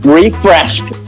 refreshed